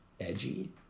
edgy